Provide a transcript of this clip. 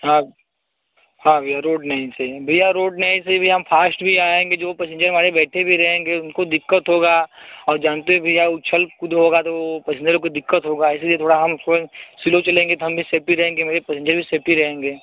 हाँ हाँ भैया रोड नहीं सही है भैया रोड नहीं सही भैया हम फास्ट भी आएंगे जो पैसेंजर हमारे बैठे भी रहेंगे उनको दिक्कत होगी और जानते है भैया उछल कूद होगी तो पैसेंजर को दिक्कत भी होगी इसी लिए थोड़ा हम स्लो चलेंगे हम भी सेफ्टी रहेंगे और हमारे पैसेंजर भी सेफ्टी रहेंगे